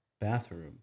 bathroom